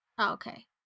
Okay